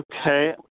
Okay